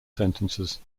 sentences